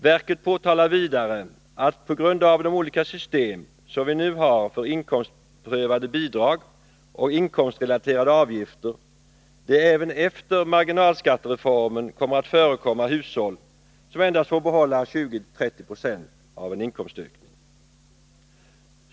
Verket påtalar vidare att på grund av de olika system som vi nu har för inkomstprövade bidrag och inkomstrelaterade avgifter kommer det även efter marginalskattereformen att förekomma hushåll som endast får behålla 20-30 26 av en inkomstökning.